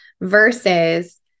versus